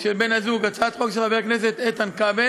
של בן-הזוג), הצעת החוק של חבר הכנסת איתן כבל,